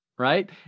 Right